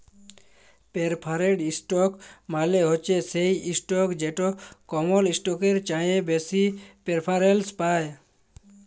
perforated ইসটক মালে হছে সেই ইসটক যেট কমল ইসটকের চাঁঁয়ে বেশি পেরফারেলস পায়